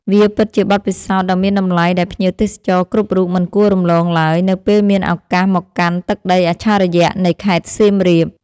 វាពិតជាបទពិសោធន៍ដ៏មានតម្លៃដែលភ្ញៀវទេសចរគ្រប់រូបមិនគួររំលងឡើយ នៅពេលមានឱកាសមកកាន់ទឹកដីអច្ឆរិយៈនៃខេត្តសៀមរាប។